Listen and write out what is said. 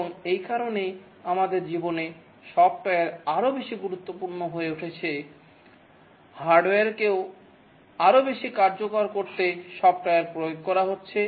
এবং এই কারণেই আমাদের জীবনে সফ্টওয়্যার আরও বেশি গুরুত্বপূর্ণ হয়ে উঠছে হার্ডওয়্যারকে আরও বেশি কার্যকার করতে সফ্টওয়্যার প্রয়োগ করা হচ্ছে